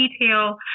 detail